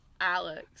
Alex